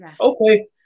Okay